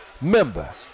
member